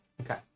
Okay